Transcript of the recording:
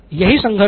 यही संघर्ष है